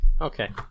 Okay